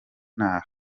ntaha